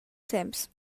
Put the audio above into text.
temps